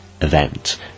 event